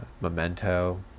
memento